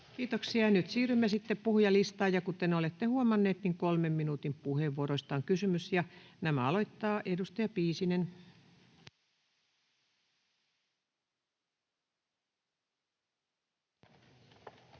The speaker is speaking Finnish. Kiitoksia. — Nyt siirrymme sitten puhujalistaan, ja kuten olette huomanneet, niin kolmen minuutin puheenvuoroista on kysymys. — Nämä aloittaa edustaja Piisinen. [Speech